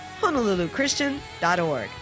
HonoluluChristian.org